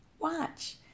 watch